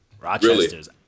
Rochester's